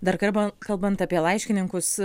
dar karba kalbant apie laiškininkus